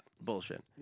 Bullshit